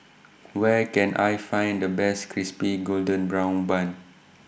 Where Can I Find The Best Crispy Golden Brown Bun